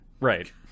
Right